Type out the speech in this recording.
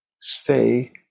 stay